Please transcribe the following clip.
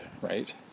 right